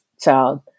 child